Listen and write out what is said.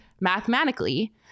mathematically